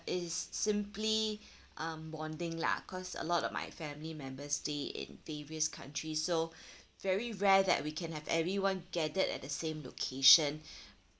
is simply um bonding lah cause a lot of my family members stay in various countries so very rare that we can have everyone gathered at the same location